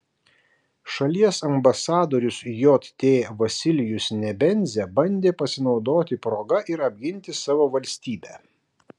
šalies ambasadorius jt vasilijus nebenzia bandė pasinaudoti proga ir apginti savo valstybę